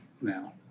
Now